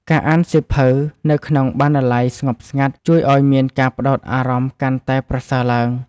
ការអានសៀវភៅនៅក្នុងបណ្ណាល័យស្ងប់ស្ងាត់ ជួយឱ្យមានការផ្តោតអារម្មណ៍កាន់តែប្រសើរឡើង។